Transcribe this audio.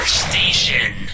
station